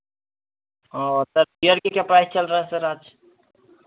और sir beer के क्या प्राइस चल रहा है सर आज